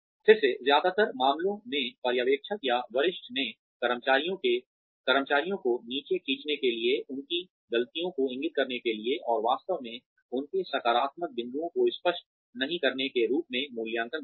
फिर से ज्यादातर मामलों में पर्यवेक्षकों या वरिष्ठों ने कर्मचारियों को नीचे खींचने के लिए उनकी ग़लतियों को इंगित करने के लिए और वास्तव में उनके सकारात्मक बिंदुओं को स्पष्ट नहीं करने के रूप में मूल्यांकन देखते है